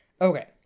Okay